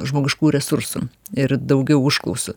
žmogiškųjų resursų ir daugiau užklausų